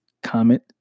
comment